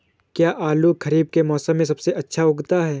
क्या आलू खरीफ के मौसम में सबसे अच्छा उगता है?